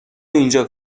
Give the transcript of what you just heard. اینجا